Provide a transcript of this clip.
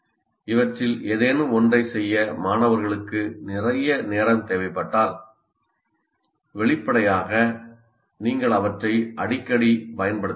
இவற்றில் ஏதேனும் ஒன்றைச் செய்ய மாணவர்களுக்கு நிறைய நேரம் தேவைப்பட்டால் வெளிப்படையாக நீங்கள் அவற்றை அடிக்கடி பயன்படுத்த முடியாது